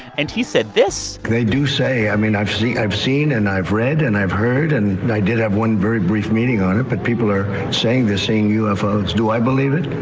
and he said this they do say i mean, i've seen i've seen and i've read and i've heard and and i did have one very brief meeting on it, but people are saying they're seeing ufos. do i believe it?